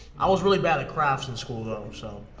i was really bad at crafts in school though, so,